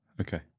Okay